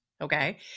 Okay